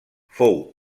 fou